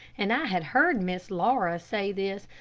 and i had heard miss laura say this,